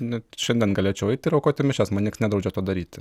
net šiandien galėčiau eiti ir aukoti mišias mane nieks nedraudžia to daryti